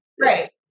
Right